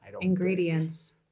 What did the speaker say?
ingredients